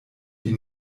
die